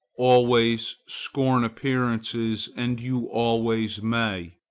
always scorn appearances and you always may.